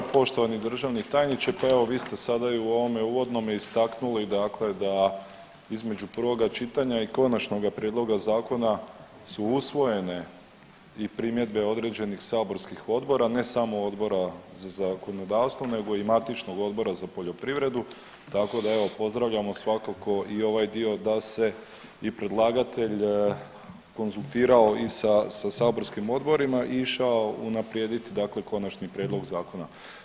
Poštovani državni tajniče, pa evo vi ste sada i u ovome uvodnome istaknuli dakle da između prvoga čitanja i konačnoga prijedloga zakona su usvojene i primjedbe određenih saborskih odbora, ne samo Odbora za zakonodavstvo nego i matičnog Odbora za poljoprivredu tako da evo pozdravljamo svakako i ovaj dio da se i predlagatelj konzultirao i sa saborskim odborima i išao unaprijediti dakle konačni prijedlog zakona.